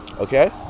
Okay